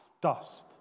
Dust